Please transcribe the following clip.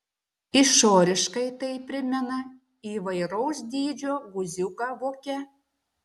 išoriškai tai primena įvairaus dydžio guziuką voke